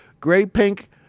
gray-pink